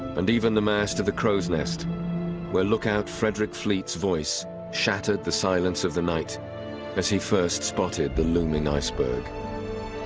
and even the mast of the crow's nest where lookout frederick fleets voice shattered the silence of the night as he first spotted the looming iceberg.